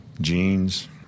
jeans